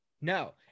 no